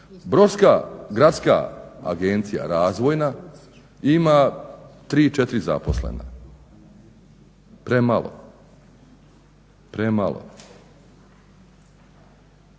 Brodska gradska agencija razvojna ima 3-4 zaposlena. Premalo. U svakom